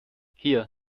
hier